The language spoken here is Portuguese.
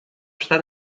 está